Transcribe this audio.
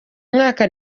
mwaka